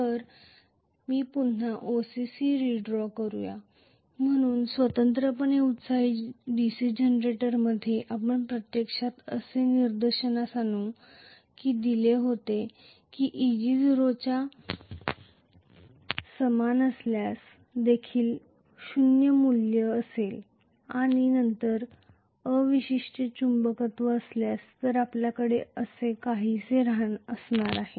तर मी पुन्हा OCC रेड्रॉ करूया म्हणून स्वतंत्रपणे एक्सायटेड DC जनरेटरमध्ये आपण प्रत्यक्षात असे निदर्शनास आणून दिले होते की Eg 0 च्या समान असल्यास देखील शून्य मूल्य असेल आणि नंतर अवशिष्ट चुंबकत्व असल्यास तर आपल्याकडे असे काहीसे असणार आहे